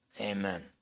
amen